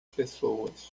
pessoas